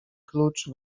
klucz